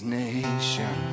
nation